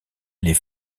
les